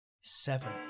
seven